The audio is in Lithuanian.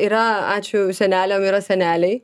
yra ačiū seneliam yra seneliai